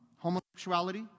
Homosexuality